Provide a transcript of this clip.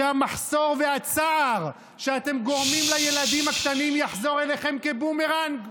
שהמחסור והצער שאתם גורמים לילדים הקטנים יחזור אליכם כבומרנג?